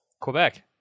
Quebec